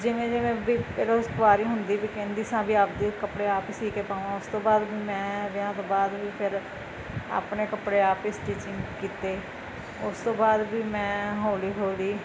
ਜਿਵੇਂ ਜਿਵੇਂ ਵੀ ਇਹ ਰੋਜ਼ ਕੁਆਰੀ ਹੁੰਦੀ ਵੀ ਕਹਿੰਦੀ ਸੀ ਵੀ ਆਪ ਦੇ ਕੱਪੜੇ ਆਪ ਸਿਊਂ ਕੇ ਪਾਵਾਂ ਉਸ ਤੋਂ ਬਾਅਦ ਮੈਂ ਵਿਆਹ ਤੋਂ ਬਾਅਦ ਵੀ ਫਿਰ ਆਪਣੇ ਕੱਪੜੇ ਆਪ ਹੀ ਸਟਿਚਿੰਗ ਕੀਤੇ ਉਸ ਤੋਂ ਬਾਅਦ ਵੀ ਮੈਂ ਹੌਲੀ ਹੌਲੀ